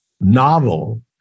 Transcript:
novel